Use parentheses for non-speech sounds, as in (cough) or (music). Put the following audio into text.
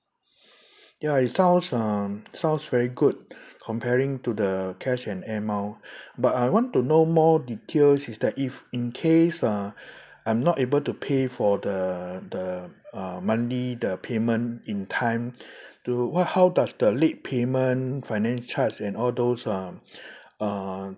(breath) ya it sounds um it sounds very good comparing to the cash and air mile but I want to know more details is that if in case uh I'm not able to pay for the the uh monthly the payment in time do what how does the late payment finance charge and all those um um